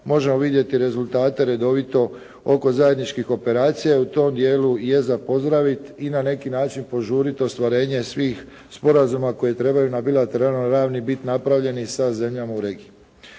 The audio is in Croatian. možemo vidjeti rezultate redovito oko zajedničkih operacija i u tom dijelu je za pozdraviti i na neki način požuriti ostvarenje svih sporazuma koje trebaju na bilateralnoj ravni biti napravljeni sa zemljama u regiji.